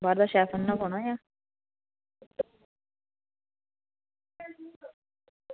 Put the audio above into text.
बाहर दा शेफ आह्नना पौना जां